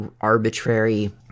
arbitrary